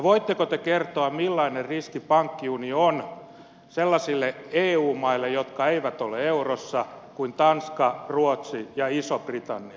voitteko te kertoa millainen riski pankkiunioni on sellaisille eu maille jotka eivät ole eurossa kuten tanska ruotsi ja iso britannia